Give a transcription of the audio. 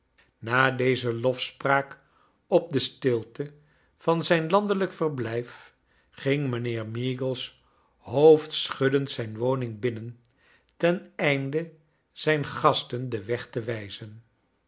na deze lofspraak op de stilte van zrjn landelijk verblijf ging mijnheer meagles hoofdschuddend zijn woning binnen ten einde zijn gas ten den weg te wijzen